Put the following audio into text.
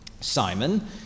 Simon